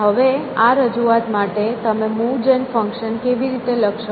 હવે આ રજૂઆત માટે તમે મૂવ જન ફંક્શન કેવી રીતે લખશો